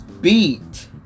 beat